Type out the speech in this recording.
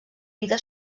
vida